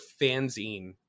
fanzine